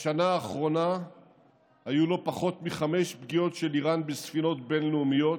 בשנה האחרונה היו לא פחות מחמש פגיעות של איראן בספינות בין-לאומיות,